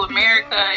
America